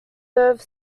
serve